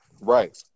Right